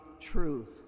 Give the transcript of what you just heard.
truth